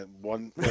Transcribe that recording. One